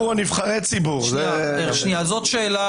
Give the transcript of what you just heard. יועץ.